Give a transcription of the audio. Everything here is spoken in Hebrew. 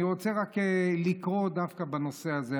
אני רוצה רק לקרוא דווקא בנושא הזה.